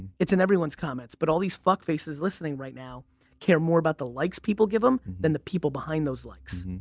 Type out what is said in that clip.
it's in everyone's comments but all these fuck faces listening right now care more about the likes people give them than the people behind those likes.